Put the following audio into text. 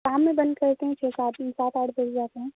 شام میں بند کرتے ہیں چھ سات سات آٹھ بجے جاتے ہیں